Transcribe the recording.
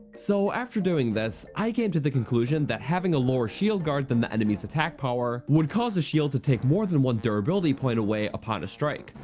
so after doing this, i came to the conclusion that having a lower shield guard then the enemy's attack power would cause the shield to take more then one durability point away upon a strike,